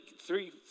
three